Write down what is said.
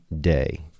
day